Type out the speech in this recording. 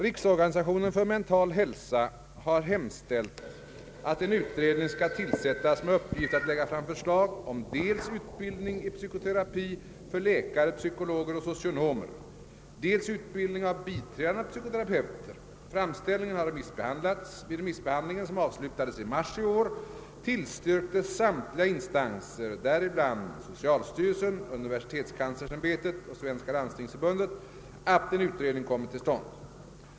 Riksorganisationen för mental hälsa har hemställt att en utredning skall tillsättas med uppgift att lägga fram förslag om dels utbildning i psykoterapi för läkare, psykologer och socionomer, dels utbildning av biträdande psykoterapeuter. Framställningen har remissbehandlats. Vid remissbehandlingen, som avslutades i mars i år, tillstyrkte samtliga instanser, däribland socialstyrelsen, universitetskanslersämbetet och Svenska landstingsförbundet, att en utredning kommer till stånd.